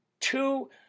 two